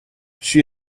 she